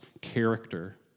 character